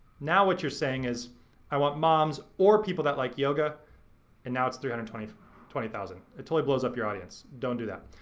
now what you're saying is i want moms or people that like yoga and now it's three hundred and twenty thousand. it totally blows up your audience. don't do that.